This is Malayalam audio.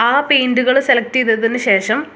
ആ പെയിന്റുകൾ സെലക്ട് ചെയ്തതിന് ശേഷം